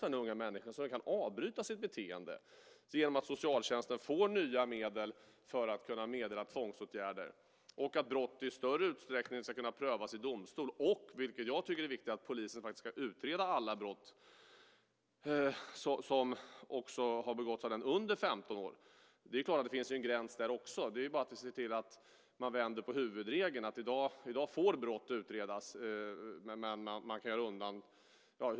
För dessa unga människor är detta viktigt så att de kan bryta sitt beteende - detta genom att socialtjänsten får nya medel för att kunna meddela tvångsåtgärder, genom att brott i större utsträckning ska kunna prövas i domstol och, vilket jag tycker är viktigt, genom att polisen ska utreda alla brott som begåtts också av den som är under 15 år. Det är klart att det också där finns en gräns. Det är bara att vi ser till att man vänder på huvudregeln - att i dag "får" brott utredas, men man kan göra undantag.